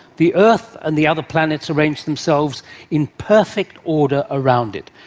the earth and the other planets arrange themselves in perfect order around it,